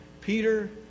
Peter